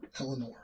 Eleanor